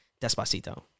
Despacito